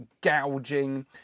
gouging